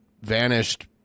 vanished